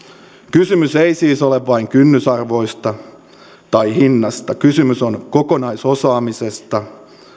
kysymys ei siis ole vain kynnysarvoista tai hinnasta kysymys on kokonaisosaamisesta